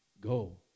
go